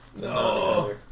No